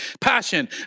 Passion